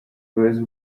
ubuyobozi